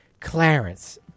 Clarence